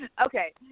Okay